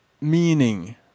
meaning